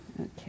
Okay